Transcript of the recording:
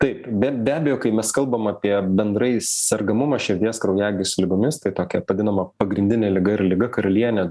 taip be be abejo kai mes kalbam apie bendrai sergamumą širdies kraujagyslių ligomis tai tokia vadinama pagrindinė liga ir liga karalienė